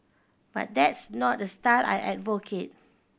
but that's not a style I advocate